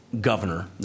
Governor